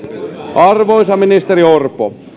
arvoisa ministeri orpo